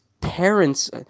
parents